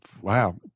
wow